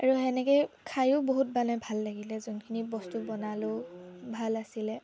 আৰু তেনেকেই খাইয়ো বহুত মানে ভাল লাগিলে যোনখিনি বস্তু বনালো ভাল আছিলে